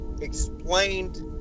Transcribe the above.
explained